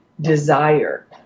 desire